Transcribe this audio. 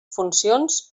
funcions